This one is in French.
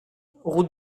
route